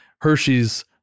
Hershey's